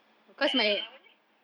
ya apa ni